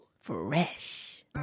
Fresh